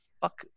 fuck